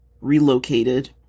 relocated